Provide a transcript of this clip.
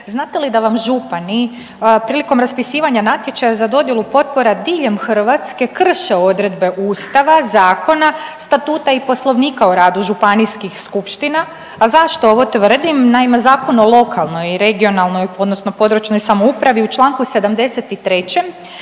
Znate li da vam župani prilikom raspisivanja natječaja za dodjelu potpora diljem Hrvatske krše odredbe Ustava, zakona, statuta i poslovnika o radu županijskih skupština? A zašto ovo tvrdim? Naime, Zakon o lokalnoj i regionalnoj odnosno područnoj samoupravi u čl. 73.